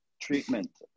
treatment